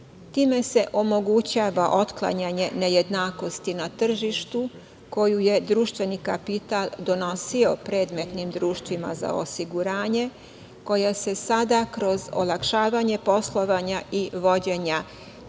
Time se omogućava otklanjanje nejednakosti na tržištu koju je društveni kapital donosio predmetnim društvima za osiguranje koja se sada kroz olakšavanje poslovanja i vođenja